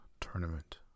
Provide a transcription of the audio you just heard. tournament